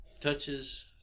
touches